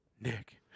Nick